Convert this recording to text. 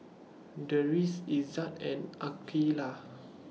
Deris Izzat and Aqeelah